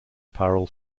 apparel